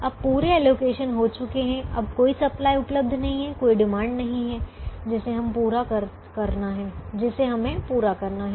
अब पूरे एलोकेशन हो चुके हैं अब कोई सप्लाई उपलब्ध नहीं है कोई डिमांड नहीं है जिसे अब पूरा करना है